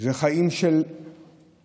זה חיים של אחדות,